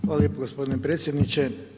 Hvala lijepo gospodine predsjedniče.